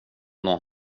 någon